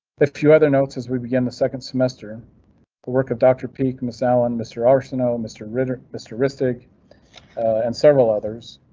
few other notes as we begin the second semester, the work of doctor peak. miss allen, mr arceneaux, mr ritter, mr ristig and several others.